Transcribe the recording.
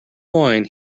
wine